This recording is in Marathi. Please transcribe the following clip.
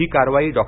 ही कारवाई डॉ